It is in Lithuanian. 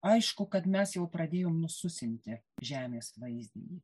aišku kad mes jau pradėjom nususinti žemės vaizdinį